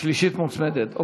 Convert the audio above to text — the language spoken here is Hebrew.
השלישית מוצמדת.